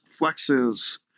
flexes